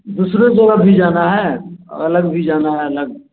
दुसरी जगह भी जाना है अलग भी जाना है अलग